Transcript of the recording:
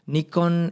Nikon